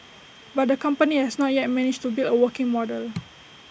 but the company has not yet managed to build A working model